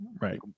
Right